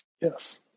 Yes